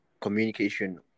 communication